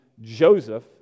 Joseph